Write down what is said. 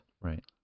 Right